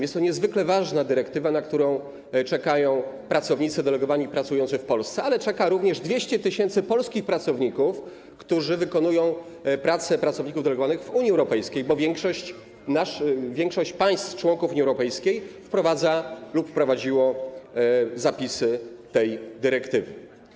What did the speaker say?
Jest to niezwykle ważna dyrektywa, na którą czekają pracownicy delegowani pracujący w Polsce, ale czeka również 200 tys. polskich pracowników, którzy wykonują pracę, pracowników delegowanych, w Unii Europejskiej, bo większość państw członków Unii Europejskiej wprowadza lub wprowadziło zapisy tej dyrektywy.